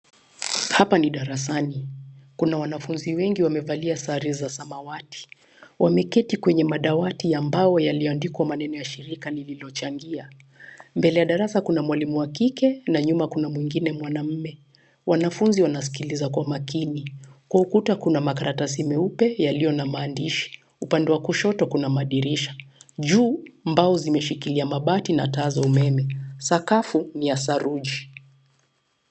Hapa ni darasani. kuna wanafunzi wengi wamevalia sare za samawati. Wameketi kwenye madawati ya mbao yaliyoandikwa maneno ya shirika lililochangia. Mbele ya darasa kuna mwalimu wa kike na nyuma kuna mwingine mwanaume. Wanafunzi wanasikiliza kwa makini. Kwa ukuta kuna makaratasi meupe yaliyo na maandishi. Upande wa kushoto kuna madirisha. Juu mbao zimeshikilia mabati na taa za umeme. Sakafu ni ya saruji.